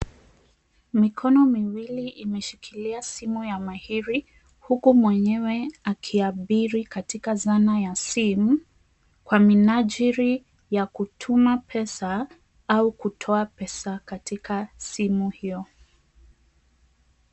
Mikono miwili imeshikilia simu ya mahiri huku mwenyewe akiabiri katika zana ya simu, kwa minajili ya kutuma pesa au kutoa pesa katika simu hiyo.